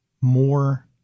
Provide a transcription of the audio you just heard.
more